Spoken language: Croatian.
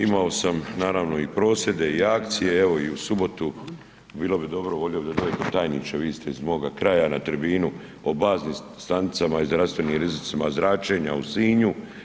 Imao sam, naravno i prosvjede i akcije, evo i u subotu, bilo bi dobro, volio bih da dođete, tajniče, vi ste iz moga kraja, na tribinu o baznim stanicama i zdravstvenim zračenja u Sinju.